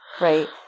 Right